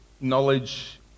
knowledge